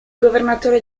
governatore